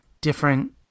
different